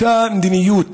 אותה מדיניות